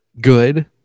good